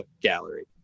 gallery